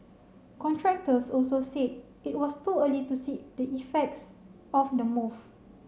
contractors also said it was too early to see the effects of the move